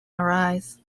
arise